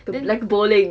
like bowling